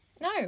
no